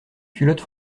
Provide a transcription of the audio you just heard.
culotte